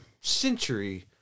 century